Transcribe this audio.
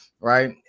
right